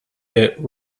yet